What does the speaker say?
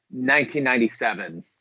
1997